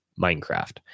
Minecraft